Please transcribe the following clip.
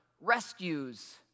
rescues